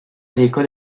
l’école